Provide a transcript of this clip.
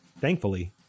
Thankfully